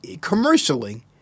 commercially